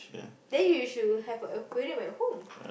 then you should have a aquarium at home